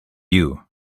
you